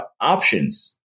options